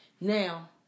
Now